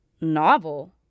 Novel